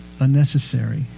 unnecessary